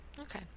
Okay